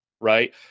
right